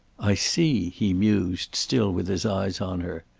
i see, he mused, still with his eyes on her.